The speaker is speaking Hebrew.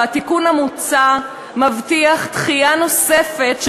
והתיקון המוצע מבטיח דחייה נוספת,